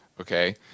okay